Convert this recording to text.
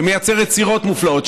שמייצר יצירות מופלאות,